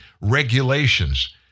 regulations